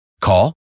Call